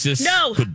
no